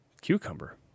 Cucumber